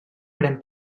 pren